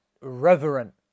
reverent